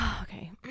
Okay